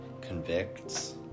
convicts